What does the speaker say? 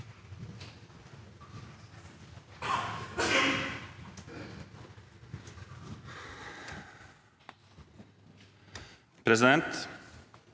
Presidenten: